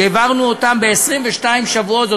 העברנו אותם ב-22 שבועות.